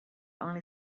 only